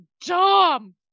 dumb